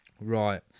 right